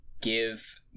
give